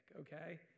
okay